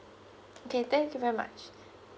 okay thank you very much